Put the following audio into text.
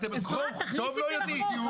קרוא וכתוב אתם לא יודעים?